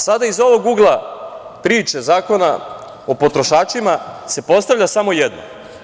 Sada iz ovog ugla priče Zakona o potrošačima se postavlja samo jedno.